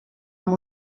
amb